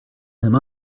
him